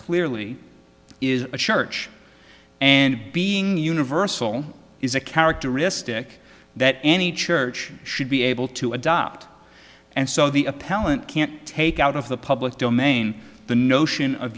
clearly is a church and being universal is a characteristic that any church should be able to adopt and so the appellant can't take out of the public domain the notion of